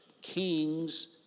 Kings